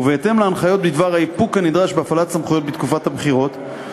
ובהתאם להנחיות בדבר האיפוק הנדרש בהפעלת סמכויות בתקופת הבחירות,